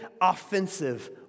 offensive